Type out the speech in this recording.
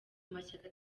mashyaka